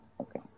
Okay